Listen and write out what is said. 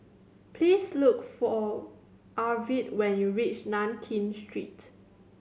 please look for Arvid when you reach Nankin Street